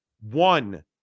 one